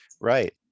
Right